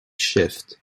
shift